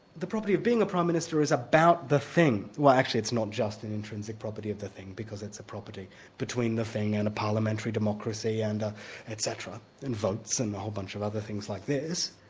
the property of being a prime minister is about the thing. well actually it's not just an intrinsic property of the thing, because it's a property between the thing and a parliamentary democracy and etc, in votes and a whole bunch of other things like this,